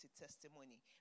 testimony